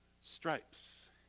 stripes